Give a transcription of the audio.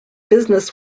business